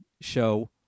show